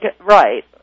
Right